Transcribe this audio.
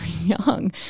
young